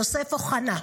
יוסף אוחנה,